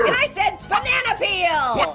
i said banana peel. what?